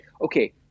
okay